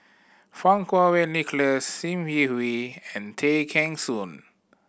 Fang Kuo Wei Nicholas Sim Yi Hui and Tay Kheng Soon